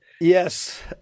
Yes